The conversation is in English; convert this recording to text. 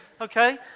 Okay